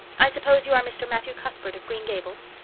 i suppose you are mr. matthew cuthbert of green gables?